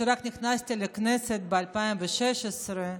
כשרק נכנסתי לכנסת, ב-2016,